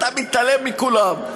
אתה מתעלם מכולם.